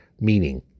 meaning